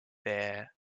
there